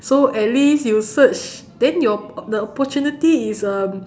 so at least you search then your the opportunity is um